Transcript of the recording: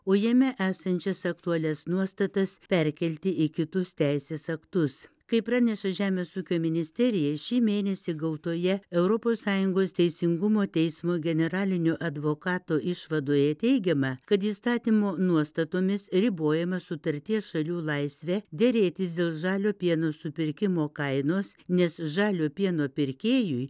o jame esančias aktualias nuostatas perkelti į kitus teisės aktus kaip praneša žemės ūkio ministerija šį mėnesį gautoje europos sąjungos teisingumo teismo generalinio advokato išvadoje teigiama kad įstatymo nuostatomis ribojamas sutarties šalių laisvė derėtis dėl žalio pieno supirkimo kainos nes žalio pieno pirkėjui